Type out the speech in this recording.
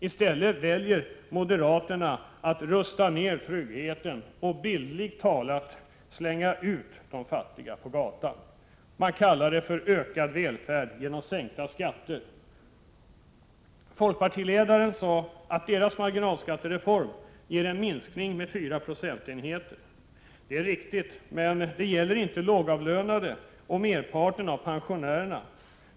I stället väljer moderaterna att rusta ned tryggheten och bildligt talat slänga ut de fattiga på gatan. Man kallar det för ökad välfärd genom sänkta skatter. Folkpartiledaren sade att folkpartiets marginalskattereform ger en minskning på 4 procentenheter. Det är riktigt. Men det gäller inte lågavlönade och merparten av pensionärerna.